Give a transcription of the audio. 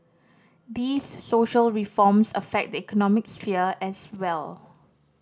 these social reforms affect the economic sphere as well